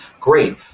great